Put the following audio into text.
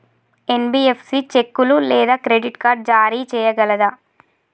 NBFC చెక్కులు లేదా credit card జారీ చేయగలదా?